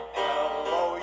hello